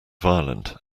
violent